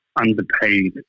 underpaid